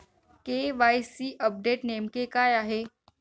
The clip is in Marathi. के.वाय.सी अपडेट नेमके काय आहे?